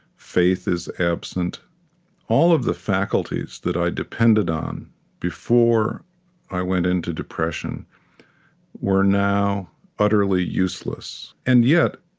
faith is absent all of the faculties that i depended on before i went into depression were now utterly useless and yet,